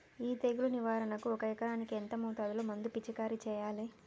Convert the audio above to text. ఈ తెగులు నివారణకు ఒక ఎకరానికి ఎంత మోతాదులో మందు పిచికారీ చెయ్యాలే?